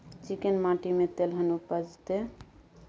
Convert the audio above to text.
चिक्कैन माटी में तेलहन उपजतै?